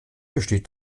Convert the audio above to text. besteht